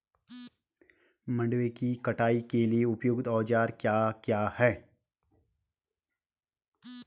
मंडवे की कटाई के लिए उपयुक्त औज़ार क्या क्या हैं?